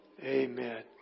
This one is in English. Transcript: Amen